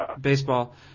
baseball